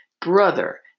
Brother